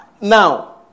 Now